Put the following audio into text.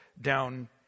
down